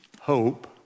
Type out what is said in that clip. hope